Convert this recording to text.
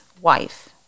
wife